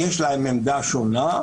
יש להם עמדה שונה,